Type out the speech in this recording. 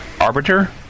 arbiter